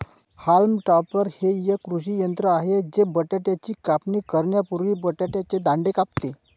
haulm topper हे एक कृषी यंत्र आहे जे बटाट्याची कापणी करण्यापूर्वी बटाट्याचे दांडे कापते